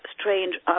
strange